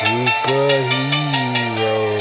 Superhero